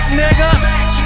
nigga